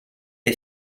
che